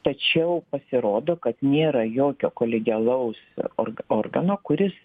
tačiau pasirodo kad nėra jokio kolegialaus org organo kuris